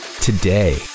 today